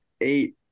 eight